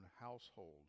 household